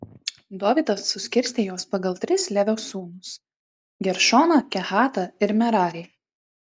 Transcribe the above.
dovydas suskirstė juos pagal tris levio sūnus geršoną kehatą ir merarį